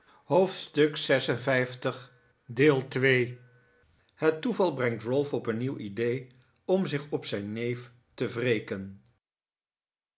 hoofdstuk lvi het toeval brengt ralph op een nieuw idee om zich op zijn neef te